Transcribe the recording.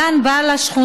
הגן בא לשכונה.